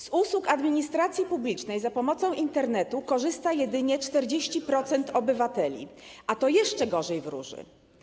Z usług administracji publicznej za pomocą Internetu korzysta jedynie 40% obywateli, a to jeszcze gorzej wróży.